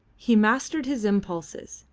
he mastered his impulses,